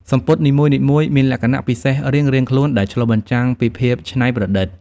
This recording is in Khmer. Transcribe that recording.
សំពត់នីមួយៗមានលក្ខណៈពិសេសរៀងៗខ្លួនដែលឆ្លុះបញ្ចាំងពីភាពច្នៃប្រឌិត។